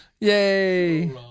Yay